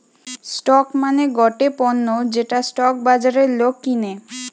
stock মানে গটে পণ্য যেটা স্টক বাজারে লোক কিনে